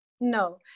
no